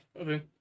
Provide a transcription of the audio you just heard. Okay